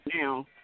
now